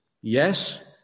Yes